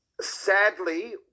sadly